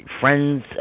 Friends